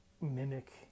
mimic